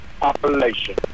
population